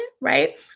Right